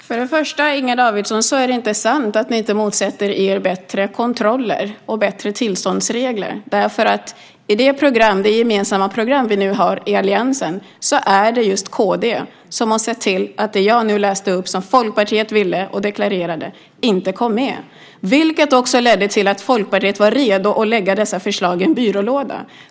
Herr talman! För det första är det inte sant, Inger Davidson, att ni inte motsätter er bättre kontroller och bättre tillståndsregler. I det gemensamma program som vi nu har i alliansen är det just kd som har sett till att det som jag nu läste upp - och som Folkpartiet ville och deklarerade - inte kom med. Det ledde också till att Folkpartiet var redo att lägga förslagen i en byrålåda.